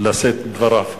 לשאת את דבריו.